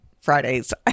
Fridays